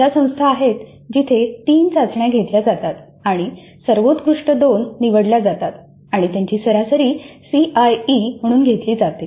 अशा संस्था आहेत जिथे 3 चाचण्या घेतल्या जातात आणि सर्वोत्कृष्ट 2 निवडल्या जातात आणि त्यांची सरासरी सीआयई म्हणून घेतली जाते